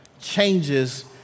changes